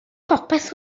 popeth